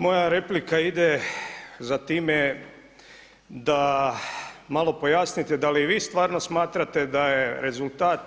Moja replika ide za time da malo pojasnite da li vi stvarno smatrate daje rezultat